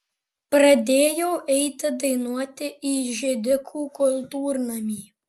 pradėjau eiti dainuoti į židikų kultūrnamį